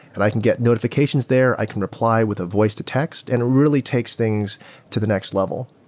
and i can get notifications there. i can reply with a voice to text, and it really takes things to the next level.